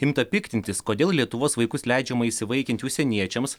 imta piktintis kodėl lietuvos vaikus leidžiama įsivaikinti užsieniečiams